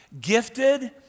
gifted